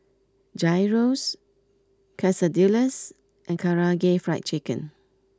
Gyros Quesadillas and Karaage Fried Chicken